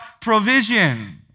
Provision